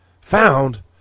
found